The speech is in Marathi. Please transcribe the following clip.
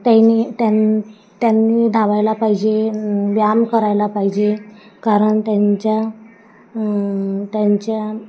त्यांनी त्यां त्यांनी धावायला पाहिजे व्यायाम करायला पाहिजे कारण त्यांच्या त्यांच्या